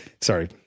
Sorry